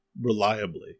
reliably